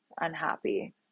unhappy